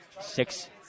Six